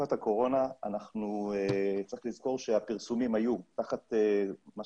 בתקופת הקורונה צריך לזכור שהפרסומים היו אחודים,